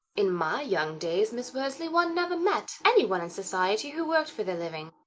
in my young days, miss worsley, one never met any one in society who worked for their living.